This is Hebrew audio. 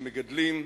שמגדלים,